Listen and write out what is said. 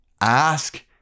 ask